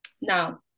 Now